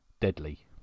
deadly